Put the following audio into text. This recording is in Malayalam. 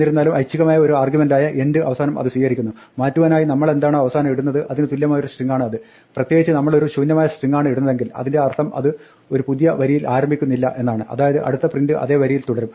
എന്നിരുന്നാലും ഐച്ഛികമായ ഒരു ആർഗ്യുമെന്റായ end അവസാനം അത് സ്വീകരിക്കുന്നു മാറ്റുവാനായി നമ്മളെന്താണോ അവസാനം ഇടുന്നത് അതിന് തുല്യമായ ഒരു സ്ട്രിങ്ങാണ് അത് പ്രത്യേകിച്ച് നമ്മളൊരു ശൂന്യമായ സ്ട്രിങ്ങാണ് ഇടുന്നതെങ്കിൽ അതിന്റെ അർത്ഥം അത് ഒരു പുതിയ വരിയിൽ ആരംഭിക്കുന്നില്ല എന്നാണ് അതായത് അടുത്ത പ്രിന്റ് അതേ വരിയിൽ തുടരും